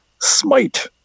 Smite